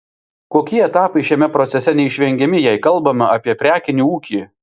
kokie etapai šiame procese neišvengiami jei kalbame apie prekinį ūkį